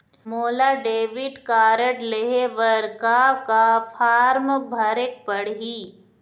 मोला debit card लेहे बर का का फार्म भरेक पड़ही?